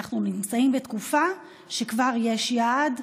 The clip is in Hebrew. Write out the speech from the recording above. אנחנו נמצאים בתקופה שבה כבר יש יעד,